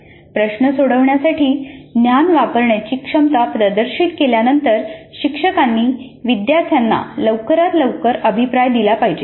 प्रश्न सोडवण्यासाठी ज्ञान वापरण्याची क्षमता प्रदर्शित केल्यानंतर शिक्षकांनी विद्यार्थ्यांना लवकरात लवकर अभिप्राय दिला पाहिजे